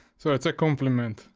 so it's a compliment.